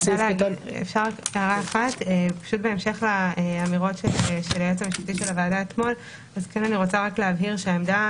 בהמשך לאמירות של היועץ המשפטי של הוועדה אתמול אני מבהירה שהעמדה